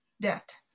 debt